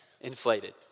Inflated